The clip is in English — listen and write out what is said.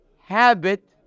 Habit